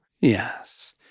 Yes